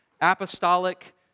apostolic